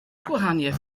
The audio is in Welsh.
gwahaniaeth